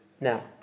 Now